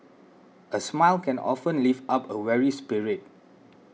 a smile can often lift up a weary spirit